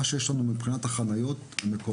מתגלגלים עם מה שיש לנו מבחינת החניות המקומיות.